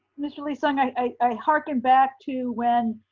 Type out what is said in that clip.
mr. lee-sung, i ah harken back to when